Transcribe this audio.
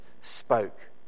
spoke